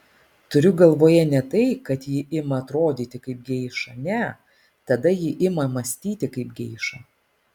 turiu galvoje ne tai kad ji ima atrodyti kaip geiša ne tada ji ima mąstyti kaip geiša